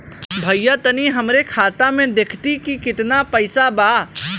भईया तनि हमरे खाता में देखती की कितना पइसा बा?